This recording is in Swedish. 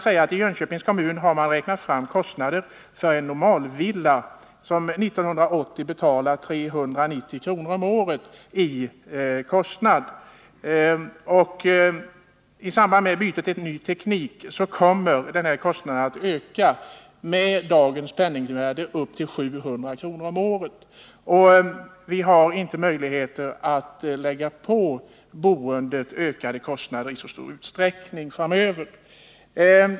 I Jönköpings kommun har man räknat fram kostnaden för en normalvilla, som 1980 betalar 390 kr. i avgift för avfallshanteringen. I samband med bytet till ny teknik kommer kostnaden att öka upp till 700 kr. om året i dagens penningvärde. Vi har inte möjligheter att lägga på boendet ökade kostnader i så stor utsträckning framöver.